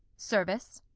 service.